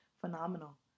phenomenal